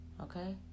Okay